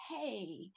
hey